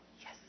yes